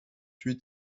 huit